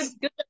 good